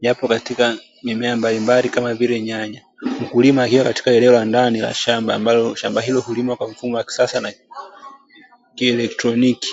yapo, katika mimea mbalimbali Kama vile: nyanya mkulima hiyo katika enea la ndani la shamba ambalo shamba hilo hulimwa kwa mfumo wa kisasa na kieletroniki.